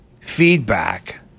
feedback